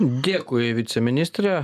dėkui viceministre